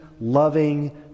loving